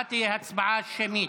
וההצבעה תהיה הצבעה שמית.